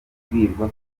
abwirwa